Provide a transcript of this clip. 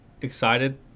excited